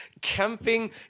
camping